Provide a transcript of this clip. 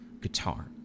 guitar